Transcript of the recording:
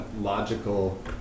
Logical